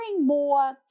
more